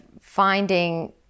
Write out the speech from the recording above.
finding